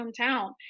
hometown